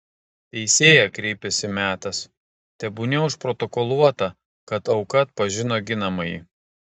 teisėja kreipėsi metas tebūnie užprotokoluota kad auka atpažino ginamąjį